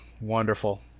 Wonderful